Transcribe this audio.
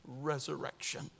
resurrection